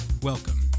Welcome